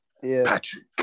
Patrick